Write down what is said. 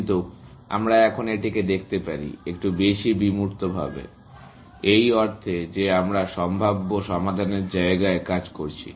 কিন্তু আমরা এখন এটিকে দেখতে পারি একটু বেশি বিমূর্তভাবে এই অর্থে যে আমরা সম্ভাব্য সমাধানের জায়গায় কাজ করছি